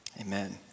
amen